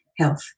health